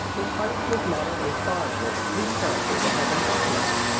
imparting to his models a far more complete character than had been customary.